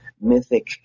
mythic